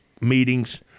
meetings